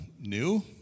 New